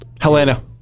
Helena